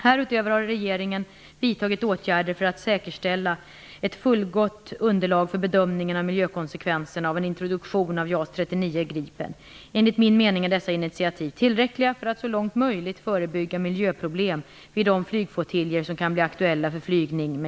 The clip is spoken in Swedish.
Härutöver har regeringen vidtagit åtgärder för att säkerställa ett fullgott underlag för bedömningen av miljökonsekvenserna av en introduktion av JAS 39 Gripen. Enligt min mening är dessa initiativ tillräckliga för att så långt möjligt förebygga miljöproblem vid de flygflottiljer som kan bli aktuella för flygning med